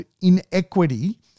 inequity